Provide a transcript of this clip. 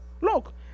look